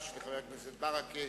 לא עושים שום דבר מלבד זה.